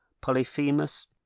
Polyphemus